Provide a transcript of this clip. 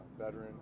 veteran